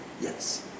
Yes